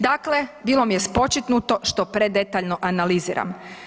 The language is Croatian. Dakle bilo mi je spočitnuto što predetaljno analiziram.